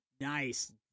Nice